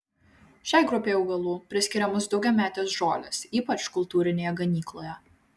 šiai grupei augalų priskiriamos daugiametės žolės ypač kultūrinėje ganykloje